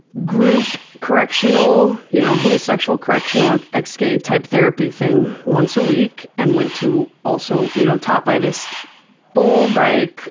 group correctional, you know homosexual correctional, ex-gay type of therapy thing once a week and went to also you know taught by this bull dyke